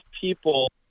people